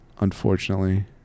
unfortunately